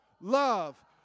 Love